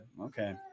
Okay